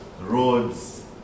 roads